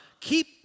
Keep